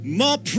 more